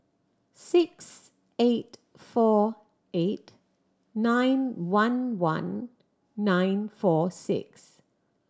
six eight four eight nine one one nine four six